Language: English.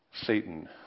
Satan